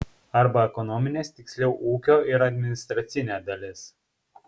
arba ekonominės tiksliau ūkio ir administracinė dalis